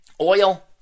oil